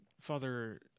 Father